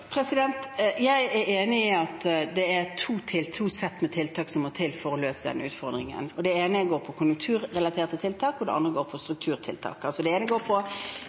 Jeg er enig i at det er to sett med tiltak som må til for å løse denne utfordringen. Det ene er konjunkturrelaterte tiltak, og det andre er strukturtiltak. Det ene er altså tiltak som investerer i at vi skaper flere jobber. Det